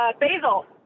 basil